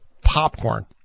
popcorn